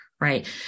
Right